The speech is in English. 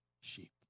sheep